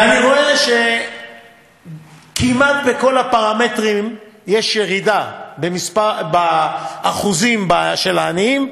ואני רואה שכמעט בכל הפרמטרים יש ירידה באחוזים של העניים,